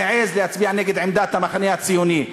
והעז להצביע נגד עמדת המחנה הציוני.